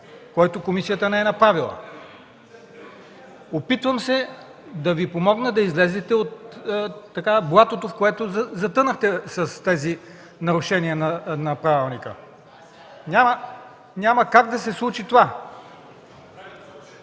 който комисията не е направила. Опитвам се да Ви помогна да излезете от блатото, в което затънахте с тези нарушения на правилника. Няма как да се случи това.